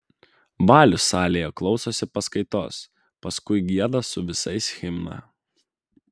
valius salėje klausosi paskaitos paskui gieda su visais himną